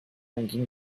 ging